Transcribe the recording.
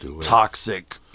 toxic